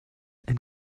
and